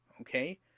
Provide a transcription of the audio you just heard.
okay